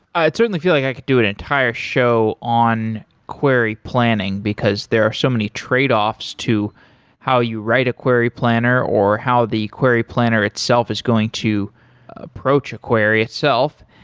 i certainly feel like i could do an entire show on query planning because there are so many trade-offs to how you write a query planner or how the query planner itself is going to approach a query itself.